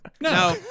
No